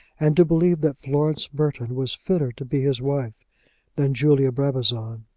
and to believe that florence burton was fitter to be his wife than julia brabazon.